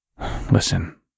Listen